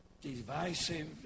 divisive